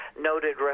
noted